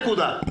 נקודה.